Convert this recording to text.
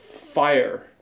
fire